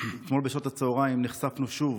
אתמול בשעות הצוהריים נחשפנו שוב